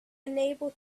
unable